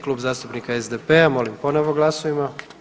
Klub zastupnika SDP-a molim ponovo glasujmo.